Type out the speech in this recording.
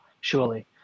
surely